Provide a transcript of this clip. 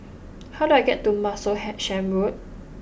how do I get to Martlesham Road